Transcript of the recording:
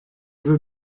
veux